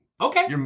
Okay